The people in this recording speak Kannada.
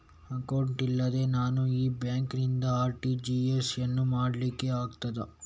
ಅಕೌಂಟ್ ಇಲ್ಲದೆ ನಾನು ಈ ಬ್ಯಾಂಕ್ ನಿಂದ ಆರ್.ಟಿ.ಜಿ.ಎಸ್ ಯನ್ನು ಮಾಡ್ಲಿಕೆ ಆಗುತ್ತದ?